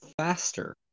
faster